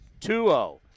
2-0